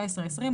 2019 ו-2020,